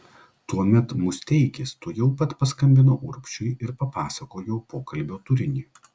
tuomet musteikis tuojau pat paskambino urbšiui ir papasakojo pokalbio turinį